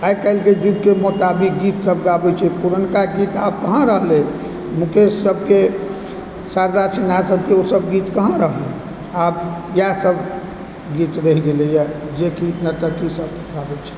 आइ काल्हिके युगके मुताबिक गीतसभ गाबय छै पुरानका गीत आब कहाँ रहलै मुकेश सभकेँ शारदा सिन्हा सभकेँ ओसभ गीत कहाँ रहलय आब एहसभ गीत रहि गेलयए जेकि नर्तकीसभ गाबैत छै